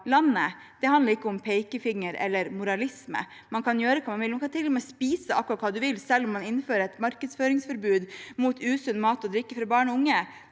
Det handler ikke om pekefinger eller moralisme. Man kan gjøre hva man vil – man kan til og med spise akkurat hva man vil, selv om man innfører et markedsføringsforbud mot usunn mat og drikke for barn og unge.